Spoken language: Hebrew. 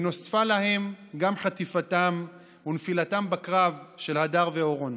ונוספה להם גם חטיפתם ונפילתם בקרב של הדר ואורון.